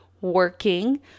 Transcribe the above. working